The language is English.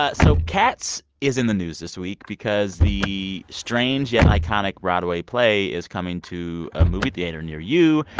ah so cats is in the news this week because the strange yet iconic broadway play is coming to a movie theater near you.